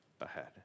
ahead